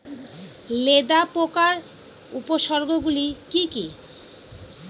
লেদা পোকার উপসর্গগুলি কি কি?